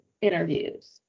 interviews